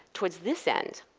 towards this end,